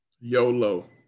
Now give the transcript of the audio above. YOLO